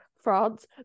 France